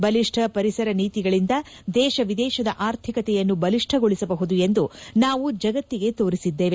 ಬಲಿಷ್ತ ಪರಿಸರ ನೀತಿಗಳಿಂದ ದೇಶ ವಿದೇಶದ ಆರ್ಥಿಕತೆಯನ್ನು ಬಲಿಷ್ಣಗೊಳಿಸಬಹುದು ಎಂದು ನಾವು ಜಗತ್ತಿಗೆ ತೋರಿಸಿದ್ದೇವೆ